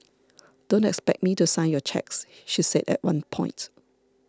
don't expect me to sign your cheques she said at one point